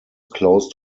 closed